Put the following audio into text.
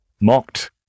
mocked